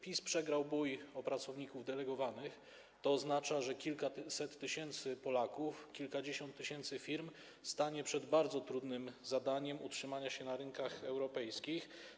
PiS przegrał bój o pracowników delegowanych, co oznacza, że kilkaset tysięcy Polaków, kilkadziesiąt tysięcy firm stanie przed bardzo trudnym zadaniem utrzymania się na rynkach europejskich.